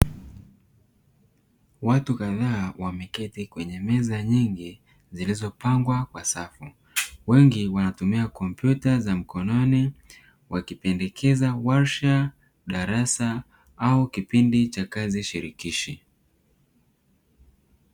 Watu kadhaa wameketi kwenye meza nyingi zilizopangwa kwa safu. Wengi wanatumia kompyuta za mkononi wakipendekeza warsha, darasa au kipindi cha kazi shirikishi.